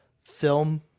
film